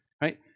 Right